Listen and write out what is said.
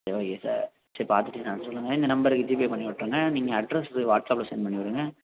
சரி okay sir சரி பார்த்துட்டு என்னான்னு சொல்லுங்க இந்த நம்பருக்கு ஜீபே பண்ணி விட்ருங்க நீங்கள் அட்ரஸ்ஸு வாட்ஸப்பில் சென்ட் பண்ணிவிடுங்க